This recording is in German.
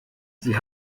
sie